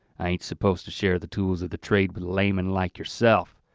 i ain't supposed to share the tools of the trade layman like yourself,